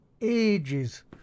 ages